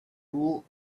rule